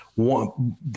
one